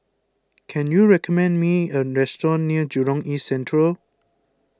can you recommend me a restaurant near Jurong East Central